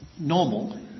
normal